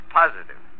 positive